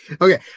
Okay